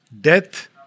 Death